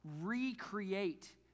recreate